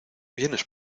vienes